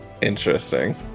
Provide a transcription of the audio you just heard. Interesting